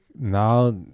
now